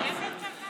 איזה צבא?